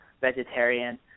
vegetarian